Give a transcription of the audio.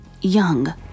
young